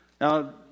Now